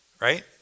right